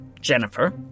Jennifer